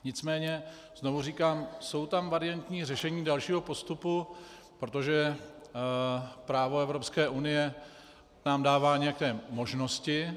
Nicméně znovu říkám, jsou tam variantní řešení dalšího postupu, protože právo Evropské unie nám dává nějaké možnosti.